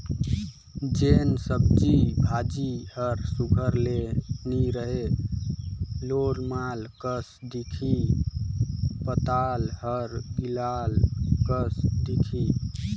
जेन सब्जी भाजी हर सुग्घर ले नी रही लोरमाल कस दिखही पताल हर गिलाल कस दिखही